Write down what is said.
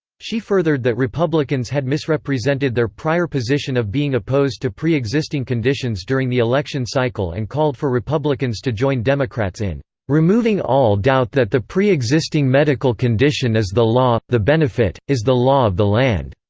she furthered that republicans had misrepresented their prior position of being opposed to pre-existing conditions during the election cycle and called for republicans to join democrats in removing all doubt that the pre-existing medical condition is the law the benefit is the law of the land.